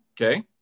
okay